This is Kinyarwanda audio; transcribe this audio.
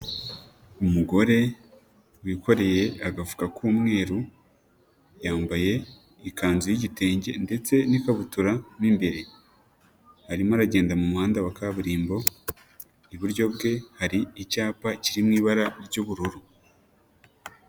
Umugore wikoreye agafuka k'umweru, yambaye ikanzu y'igitenge ndetse n'ikabutura mo imbere. Arimo aragenda mu muhanda wa kaburimbo, iburyo bwe hari icyapa kiri mu ibara ry'ubururu.